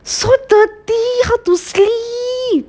so dirty how to sleep